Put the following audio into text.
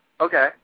Okay